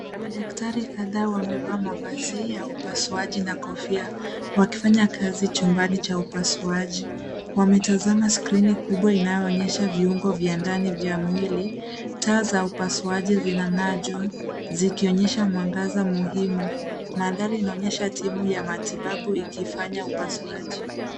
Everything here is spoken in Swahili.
Madaktari kadhaa wamevaa mavazi ya upasuaji na kofia wakifanya kazi chumbani cha upasuaji. Wametazama skrini kubwa inayoonyesha viungo vya ndani vya mwili. Taa za upasuaji zinang'aa juu zikionyesha mwangaza muhimu. Mandhari inaonyesha timu ya matibabu ikifanya upasuaji.